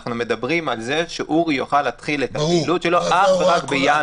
שאנחנו מדברים על זה שאורי יוכל להתחיל את הפעילות שלו אך ורק בינואר.